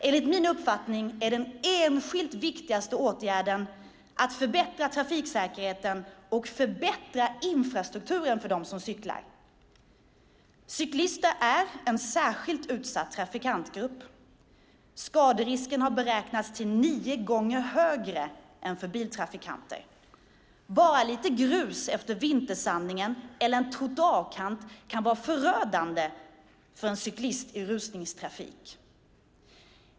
Enligt min uppfattning är den enskilt viktigaste åtgärden att förbättra trafiksäkerheten och infrastrukturen för dem som cyklar. Cyklister är en särskilt utsatt trafikantgrupp. Skaderisken har beräknats till nio gånger högre än för biltrafikanter. Bara lite grus efter vintersandningen eller en trottoarkant kan vara förödande för en cyklist i rusningstrafiken.